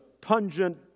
pungent